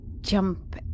jump